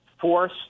force